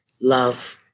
love